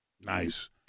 Nice